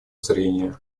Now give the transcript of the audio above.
зрения